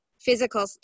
physical